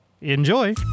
Enjoy